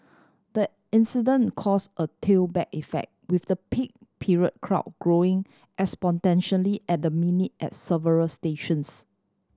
the incident caused a tailback effect with the peak period crowd growing exponentially at the minute at several stations